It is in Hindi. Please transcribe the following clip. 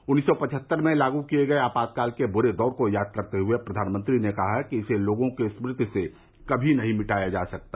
उन्नीस सौ पचहत्तर में लागू किए गए आपातकाल के बुरे दौर को याद करते हुए प्रधानमंत्री ने कहा कि इसे लोगों की स्मृति से कभी नहीं मिटाया जा सकता